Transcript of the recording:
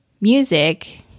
music